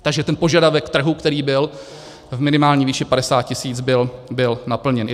Takže ten požadavek trhu, který byl v minimální výši 50 tisíc, byl naplněn.